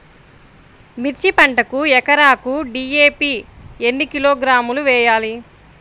మిర్చి పంటకు ఎకరాకు డీ.ఏ.పీ ఎన్ని కిలోగ్రాములు వేయాలి?